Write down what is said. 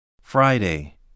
Friday